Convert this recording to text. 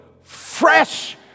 fresh